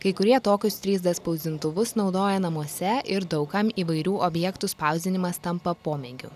kai kurie tokius trys d spausdintuvus naudoja namuose ir daug kam įvairių objektų spausdinimas tampa pomėgiu